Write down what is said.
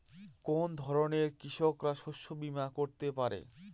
কোন ধরনের কৃষকরা শস্য বীমা করতে পারে?